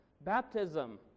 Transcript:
baptism